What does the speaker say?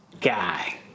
guy